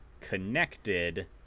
connected